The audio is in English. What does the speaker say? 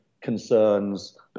concerns